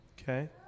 Okay